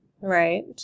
Right